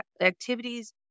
activities